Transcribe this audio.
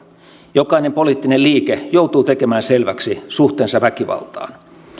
jokainen poliittinen liike joutuu tekemään selväksi suhteensa väkivaltaan